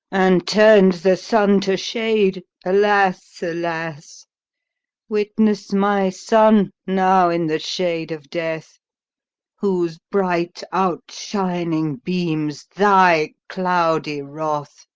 and turns the sun to shade alas! alas witness my son, now in the shade of death whose bright out-shining beams thy cloudy wrath,